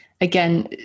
again